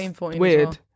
weird